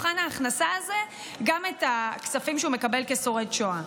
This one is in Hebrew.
מחשיבים בתוך מבחן ההכנסה הזה גם את הכספים שהוא מקבל כשורד שואה.